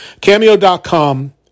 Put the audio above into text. Cameo.com